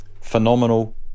Phenomenal